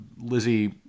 Lizzie